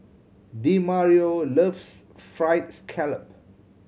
Demario loves Fried Scallop